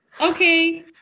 Okay